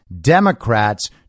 Democrats